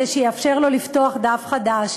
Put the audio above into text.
שיאפשר לו לפתוח דף חדש.